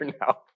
now